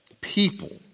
people